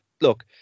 look